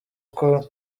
kuko